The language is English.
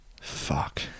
fuck